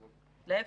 להיפך.